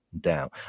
down